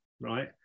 right